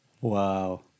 Wow